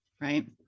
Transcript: right